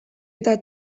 eta